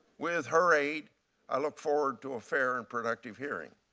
with her eight i look forward to a fair and productive hearing.